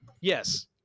Yes